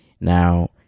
Now